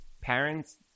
parents